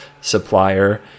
Supplier